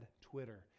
Twitter